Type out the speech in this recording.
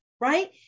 right